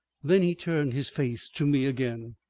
then he turned his face to me again.